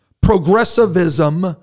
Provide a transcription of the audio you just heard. Progressivism